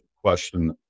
question